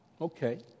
Okay